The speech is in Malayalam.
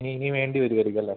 ഇനി വേണ്ടി വരുമായിരിക്കും അല്ലേ